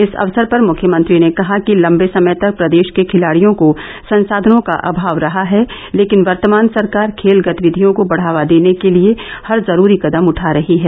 इस अवसर पर मुख्यमंत्री ने कहा कि लम्बे समय तक प्रदेश के खिलाड़ियों को संसाधनों का अभाव रहा है लेकिन वर्तमान सरकार खेल गतिविधियों को बढावा देने के लिये हर जरूरी कदम उठा रही है